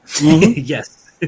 Yes